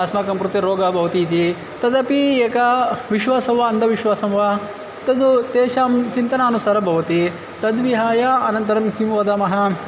अस्माकं कृते रोगः भवति इति तदपि एकं विश्वासं वा अन्धविश्वासं वा तद् तेषां चिन्तनानुसारं भवति तद्विहाय अनन्तरं किं वदामः